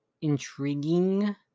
intriguing